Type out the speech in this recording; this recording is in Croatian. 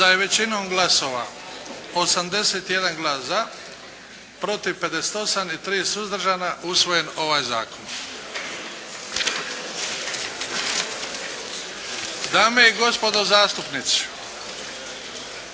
je većinom glasova, 81 glas za, protiv 58 i 3 suzdržana usvojen ovaj Zakon. Dame i gospodo zastupnici,